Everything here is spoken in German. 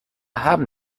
haben